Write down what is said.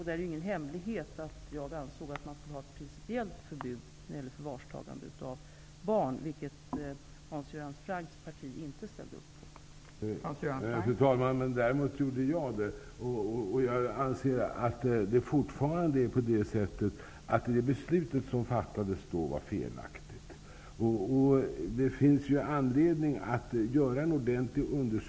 Det är ingen hemlighet att jag ansåg att man bör ha ett principiellt förbud mot förvarstagande av barn, vilket Hans Göran Franks parti inte ställde sig bakom.